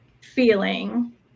feeling